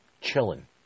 chilling